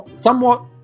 somewhat